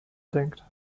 denkt